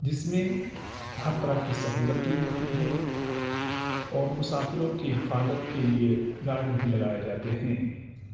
جس میں ہر طرح کی سہولت دی جاتی ہے اور مسافروں کی حفاظت کے لیے گارڈ بھی لگائے جاتے ہیں